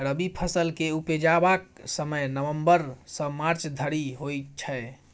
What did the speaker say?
रबी फसल केँ उपजेबाक समय नबंबर सँ मार्च धरि होइ छै